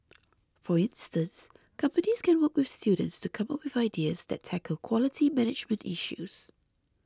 for instance companies can work with students to come up with ideas that tackle quality management issues